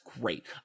great